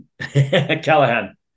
Callahan